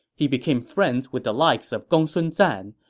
he became friends with the likes of gongsun zan,